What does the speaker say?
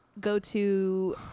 go-to